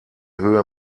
höhe